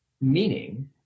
Meaning